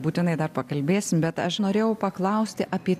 būtinai dar pakalbėsim bet aš norėjau paklausti apie